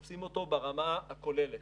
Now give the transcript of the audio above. בנושא העברת הטיפול הנכים לקופות החולים,